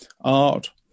art